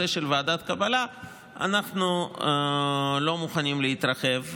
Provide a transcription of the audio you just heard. של ועדת קבלה אנחנו לא מוכנים להתרחב.